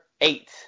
eight